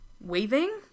waving